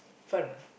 fun or not ah